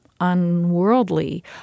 unworldly